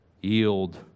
yield